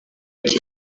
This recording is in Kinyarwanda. iki